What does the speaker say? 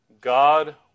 God